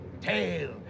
tail